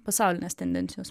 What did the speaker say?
pasaulinės tendencijos